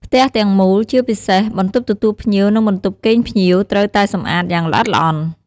ផ្ទះទាំងមូល ជាពិសេសបន្ទប់ទទួលភ្ញៀវ និងបន្ទប់គេងភ្ញៀវ ត្រូវតែសម្អាតយ៉ាងល្អិតល្អន់។